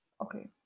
okay